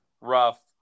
rough